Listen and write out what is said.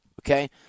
okay